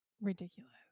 ridiculous